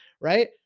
right